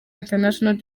international